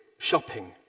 shopping.